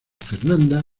fernanda